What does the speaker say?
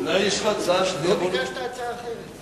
לא ביקשת הצעה אחרת.